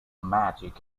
magic